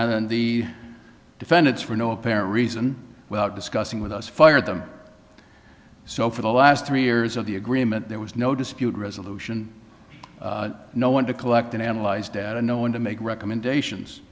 and then the defendants for no apparent reason without discussing with us fired them so for the last three years of the agreement there was no dispute resolution no one to collect and analyze data no one to make recommendations